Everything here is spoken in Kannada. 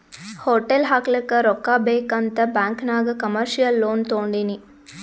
ಹೋಟೆಲ್ ಹಾಕ್ಲಕ್ ರೊಕ್ಕಾ ಬೇಕ್ ಅಂತ್ ಬ್ಯಾಂಕ್ ನಾಗ್ ಕಮರ್ಶಿಯಲ್ ಲೋನ್ ತೊಂಡಿನಿ